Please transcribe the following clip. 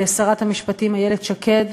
לשרת המשפטים איילת שקד